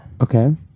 Okay